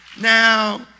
Now